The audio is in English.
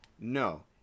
No